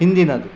ಹಿಂದಿನದು